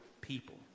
people